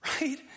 right